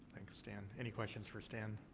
thanks, stan. any questions for stan?